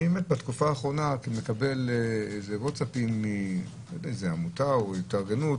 בתקופה האחרונה אני מקבל הודעות מעמותה או התארגנות